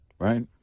Right